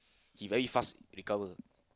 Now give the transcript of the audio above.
he very fast recover